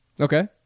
Okay